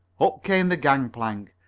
up came the gangplank.